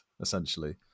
essentially